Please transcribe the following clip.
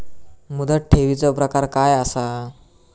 मुदत ठेवीचो प्रकार काय असा?